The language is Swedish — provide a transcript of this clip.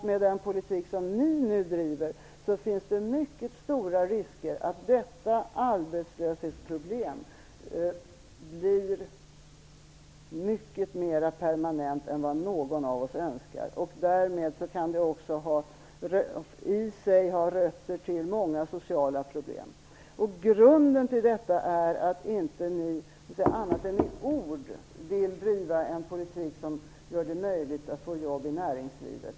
Med den politik som ni nu driver finns det mycket stora risker att detta arbetslöshetsproblem blir mycket mera permanent än vad någon av oss önskar. Därmed kan det också vara roten till många sociala problem. Grunden till detta är att ni inte i annat än ord vill driva en politik som gör det möjligt att skapa jobb i näringslivet.